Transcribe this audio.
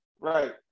Right